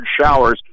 showers